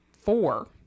four